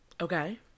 Okay